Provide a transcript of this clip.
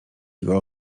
jego